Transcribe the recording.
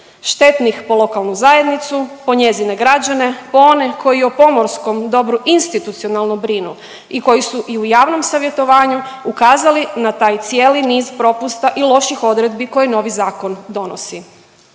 Štetnih po lokalnu zajednicu, po njezine građane, po one koji o pomorskom dobru institucionalno brinu i koji su i javnom savjetovanju ukazali na taj cijeli niz propusta i loših odredbi koje novi zakon donosi.